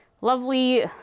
lovely